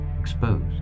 exposed